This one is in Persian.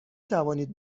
توانید